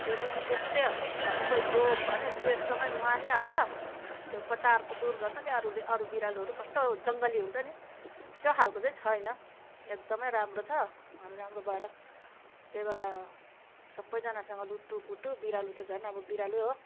त्यो पनि त्यस्तै हो सबै जो भन्यो त्योसँगै मानिहाल्छ त्यो कोतार कुतुर गर्छ नि अरू बिरालोहरू कस्तो जङ्गली हुन्छ नि त्यो खालको चाहिँ छैन एकदमै राम्रो छ अनि राम्रो भएर त्यही भएर सबैजनासँग लुटुपुटु बिरालो त झन् अब बिरालो हो